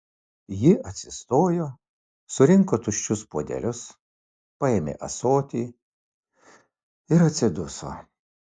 ji atsistojo surinko tuščius puodelius paėmė ąsotį ir atsiduso